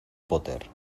potter